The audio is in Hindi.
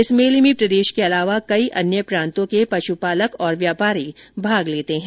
इस मेले में प्रदेश के अलावा कई अन्य प्रांतों के पश् पालक और व्यापारी भाग लेते हैं